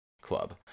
Club